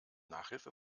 nachhilfe